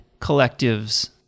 collectives